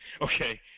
Okay